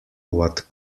what